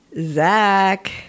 Zach